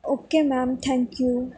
okay ma'am thank you